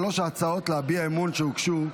אי-אמון שהוגשו,